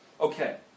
okay